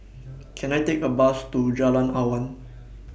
Can I Take A Bus to Jalan Awan